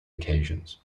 occasions